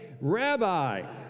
Rabbi